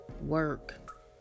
work